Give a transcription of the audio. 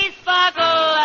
sparkle